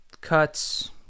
cuts